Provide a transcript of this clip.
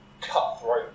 cutthroat